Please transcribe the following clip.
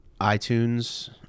iTunes